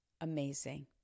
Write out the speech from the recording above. Amazing